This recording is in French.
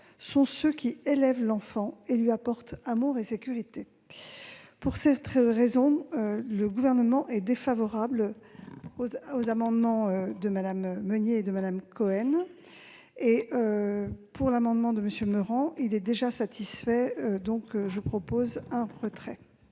sont ceux qui élèvent l'enfant et lui apportent amour et sécurité. Pour cette raison, le Gouvernement est défavorable aux amendements défendus par Mmes Meunier et Cohen. Quant à l'amendement de M. Meurant, il est déjà satisfait ; j'en propose donc le retrait.